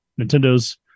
nintendo's